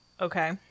Okay